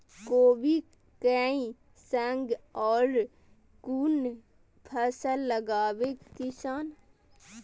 कोबी कै संग और कुन फसल लगावे किसान?